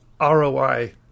ROI